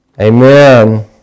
Amen